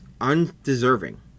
undeserving